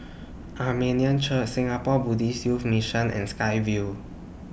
Armenian Church Singapore Buddhist Youth Mission and Sky Vue